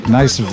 nice